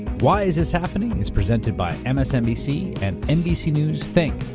why is this happening? is presented by msnbc and nbc news think,